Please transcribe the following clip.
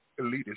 elitist